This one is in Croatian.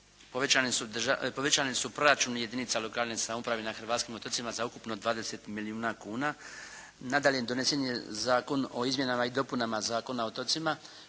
povećani su proračuni jedinica lokalne samouprave na hrvatskim otocima za ukupno 20 milijuna kuna. nadalje, donesen je Zakon o izmjenama i dopunama Zakona o otocima